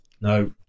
No